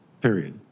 period